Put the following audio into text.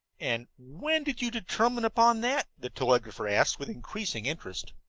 and when did you determine upon that? the telegrapher asked, with increasing interest.